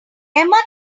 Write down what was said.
emma